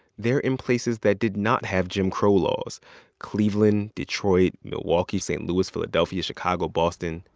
they're in places that did not have jim crow laws cleveland, detroit, milwaukee, st. louis, philadelphia, chicago, boston.